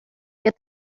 get